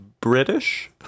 British